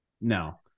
No